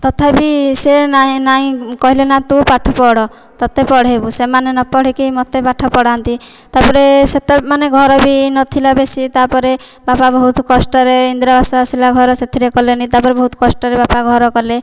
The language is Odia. ତଥାପି ସେ ନାଇଁ ନାଇଁ କହିଲେ ନା ତୁ ପାଠ ପଢ଼ ତତେ ପଢ଼େଇବୁ ସେମାନେ ନ ପଢ଼ିକି ମତେ ପାଠ ପଢ଼ାନ୍ତି ତାପରେ ସେତେବେଳେ ମାନେ ଘର ବି ନଥିଲା ବେଶୀ ତାପରେ ବାପା ବହୁତ କଷ୍ଟରେ ଇନ୍ଦିରା ଆବାସ ଆସିଲା ଘର ସେଥିରେ କଲେନି ତାପରେ ବହୁତ କଷ୍ଟରେ ବାପା ଘର କଲେ